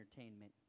entertainment